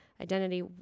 identity